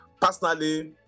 Personally